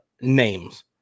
names